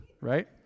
right